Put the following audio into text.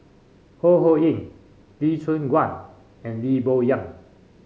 Ho Ho Ying Lee Choon Guan and Lee Boon Yang